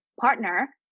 partner